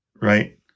Right